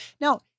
Now